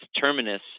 terminus